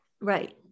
Right